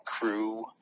crew